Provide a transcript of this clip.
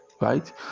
right